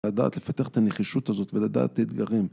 לדעת לפתח את הנחישות הזאת ולדעת אתגרים.